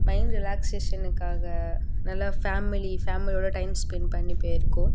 mind ரிலாக்சேஷனுக்காக நல்ல family ஃபேமிலியோடு டைம் ஸ்பென்ட் பண்ணி போயிருக்கோம்